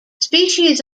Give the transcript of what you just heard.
species